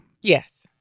Yes